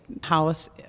house